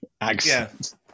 accent